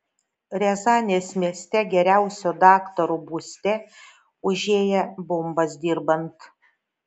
riazanės mieste geriausio daktaro būste užėję bombas dirbant